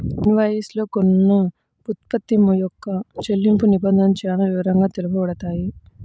invoice లో కొన్న ఉత్పత్తి యొక్క చెల్లింపు నిబంధనలు చానా వివరంగా తెలుపబడతాయి